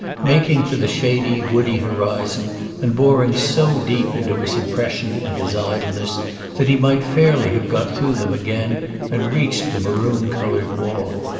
making for the shady woody horizon and boring so deep into his impression and his idleness that he might fairly have got through them again and reached the maroon-coloured wall.